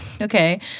okay